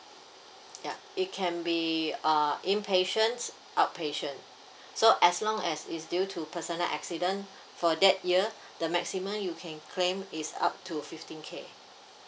ya it can be uh inpatient outpatient so as long as it's due to personal accident for that year the maximum you can claim is up to fifteen K